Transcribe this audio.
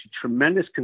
tremendous